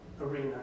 arena